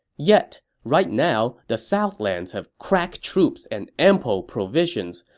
yet, right now the southlands have crack troops and ample provisions,